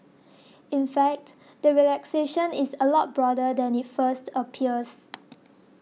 in fact the relaxation is a lot broader than it first appears